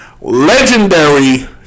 legendary